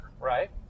right